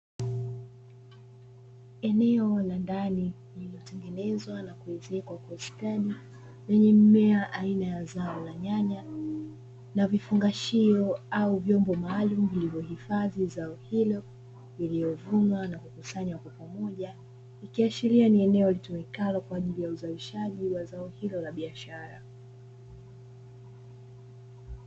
Eneo la ndani yenye mimea aina ya nyanya na vifungashio au vyombo maalumu, vilivyohifadhi zao hilo linaloashiria ni eneo alituwekalo kwa ajili ya uzalishaji wa zao hilo la biashara.